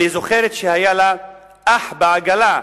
אני זוכרת שהיה לה אח בעגלה,